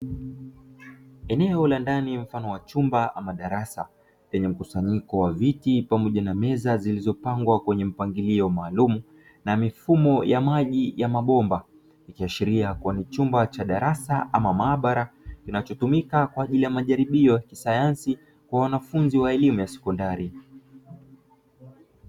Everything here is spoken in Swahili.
Eneo la ndani mfano wa chumba ama darasa lenye mkusanyiko wa viti pamoja na meza zilizopangwa kwenye mpangilio maalumu na mifumo ya maji ya mabomba; ikiashiria kuwa ni chumba cha darasa ama maabara kinachotumika kwa ajili ya majaribio ya kisayansi kwa wanafunzi wa elimu ya sekondari.